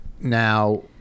Now